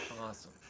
awesome